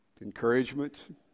encouragement